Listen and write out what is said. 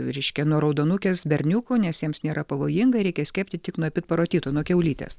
reiškia nuo raudonukės berniukų nes jiems nėra pavojinga reikia skiepyti tik nuo epid parotito nuo kiaulytės